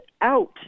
out